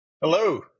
Hello